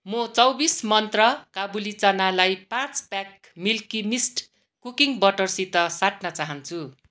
म चौबिस मन्त्रा काबुली चनालाई पाँच प्याक मिल्की मिस्ट कुकिङ बटरसित साट्न चाहान्छु